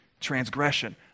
transgression